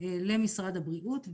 למשרד הבריאות.